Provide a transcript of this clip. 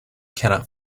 cannot